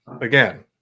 again